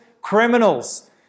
criminals